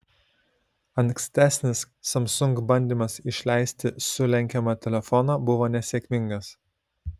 ankstesnis samsung bandymas išleisti sulenkiamą telefoną buvo nesėkmingas